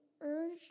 urged